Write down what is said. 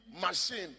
machine